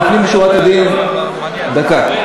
לפנים משורת הדין, דקה.